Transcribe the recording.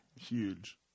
huge